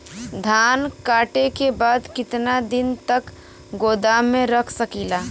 धान कांटेके बाद कितना दिन तक गोदाम में रख सकीला?